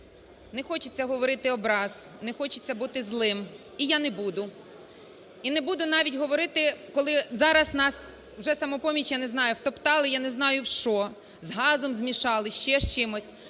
не хочеться говорити образ, не хочеться бути злим, і я не буду. І не буду навіть говорити, коли зараз нас, вже "Самопоміч", я не знаю, втоптали, я не знаю, в що, з газом змішали, ще з чимось.